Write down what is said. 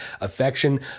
affection